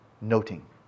noting